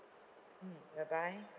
mm bye bye